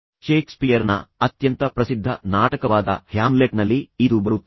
ಷೇಕ್ಸ್ಪಿಯರ್ನ ಅತ್ಯಂತ ಪ್ರಸಿದ್ಧ ನಾಟಕವಾದ ಹ್ಯಾಮ್ಲೆಟ್ನಲ್ಲಿ ಇದು ಬರುತ್ತದೆ